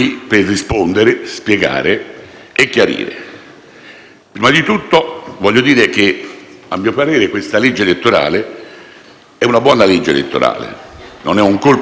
Prima di tutto voglio dire che, a mio parere, questa è una buona legge elettorale; non è un colpo di mano, tantomeno un colpo di Stato.